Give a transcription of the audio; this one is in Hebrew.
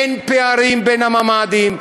אין פערים בין הממ"דים,